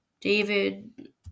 David